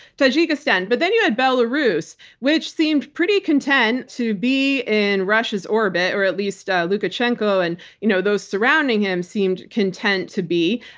tajikistan, but then you had belarus, which seemed pretty content to be in russia's orbit or at least lukashenko and you know those surrounding him seemed content to be.